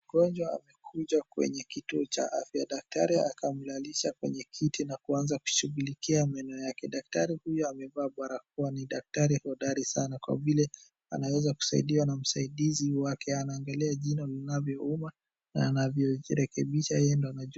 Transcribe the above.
Mgonjwa amekuja kwenye kituo cha afya. Daktari akamlalisha kwenye kiti na kuanza kushughulikia meno yake. Daktari huyo amevaa barakoa, ni daktari hodari sana kwa vile anaweza kusaidiwa na msaidizi wake. Anangalia jino linavyouma na anavyojirekebisha yeye ndo anajua.